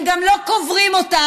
הם גם לא קוברים אותם,